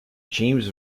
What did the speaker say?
james